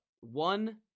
one